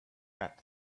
that